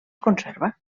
conserva